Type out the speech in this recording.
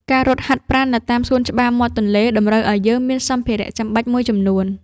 ការរត់ហាត់ប្រាណនៅតាមសួនច្បារមាត់ទន្លេ តម្រូវឲ្យយើងមានសម្ភារៈចាំបាច់មួយចំនួន។